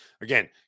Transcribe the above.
again